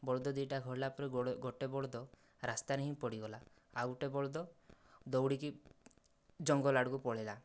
ବଳଦ ଦି ଟା ଘଉଡ଼ିଲା ପରେ ଗୋଟେ ବଳଦ ରାସ୍ତାରେ ହିଁ ପଡ଼ିଗଲା ଆଉ ଗୋଟେ ବଳଦ ଦୌଡ଼ିକି ଜଙ୍ଗଲ ଆଡ଼କୁ ପଳାଇଲା